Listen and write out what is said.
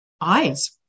eyes